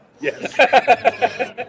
Yes